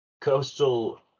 Coastal